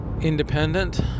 independent